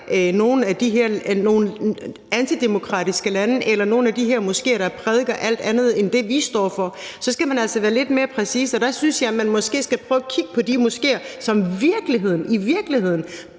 nogle af de her antidemokratiske lande eller nogle af de her moskéer, der prædiker alt andet end det, vi står for, så skal man altså være lidt mere præcis, og der synes jeg, at man måske skal prøve at kigge på de moskéer, som i virkeligheden prædiker had